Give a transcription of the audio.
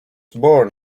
born